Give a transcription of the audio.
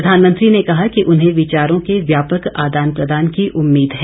प्रधानमंत्री ने कहा कि उन्हें विचारों के व्यापक आदान प्रदान की उम्मीद है